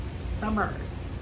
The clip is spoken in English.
summers